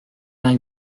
vingt